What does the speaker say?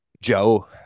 Joe